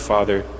Father